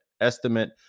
estimate